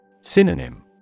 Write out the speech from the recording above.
Synonym